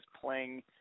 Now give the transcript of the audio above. playing